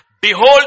Behold